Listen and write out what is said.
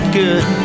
good